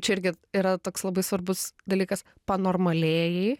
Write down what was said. čia irgi yra toks labai svarbus dalykas panormalėjai